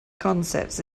concepts